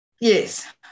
Yes